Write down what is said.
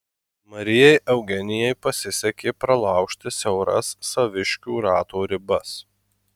marijai eugenijai pasisekė pralaužti siauras saviškių rato ribas